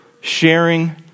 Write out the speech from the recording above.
sharing